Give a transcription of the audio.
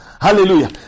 Hallelujah